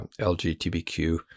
LGBTQ